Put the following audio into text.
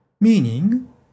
meaning